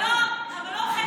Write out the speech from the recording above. אבל לא, אבל לא חצי כן וחצי לא.